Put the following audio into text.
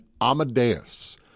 Amadeus